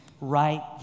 right